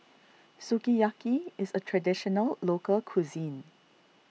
Sukiyaki is a Traditional Local Cuisine